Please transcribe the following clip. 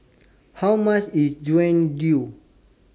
How much IS Jian Dui